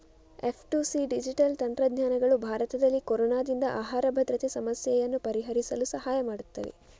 F two C digital ತಂತ್ರಜ್ಞಾನಗಳು ಭಾರತದಲ್ಲಿ ಕೊರೊನಾದಿಂದ ಆಹಾರ ಭದ್ರತೆ ಸಮಸ್ಯೆಯನ್ನು ಪರಿಹರಿಸಲು ಸಹಾಯ ಮಾಡುತ್ತವೆ